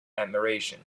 admiration